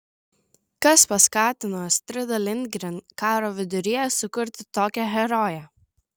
kas paskatino astridą lindgren karo viduryje sukurti tokią heroję